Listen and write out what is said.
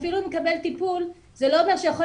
אפילו האם הוא מקבל טיפול זה לא אומר שהוא יוכל